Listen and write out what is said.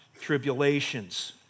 tribulations